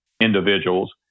individuals